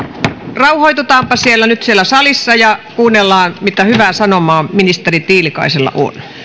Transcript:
rauhoitutaanpa nyt siellä salissa ja kuunnellaan mitä hyvää sanomaa ministeri tiilikaisella on